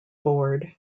board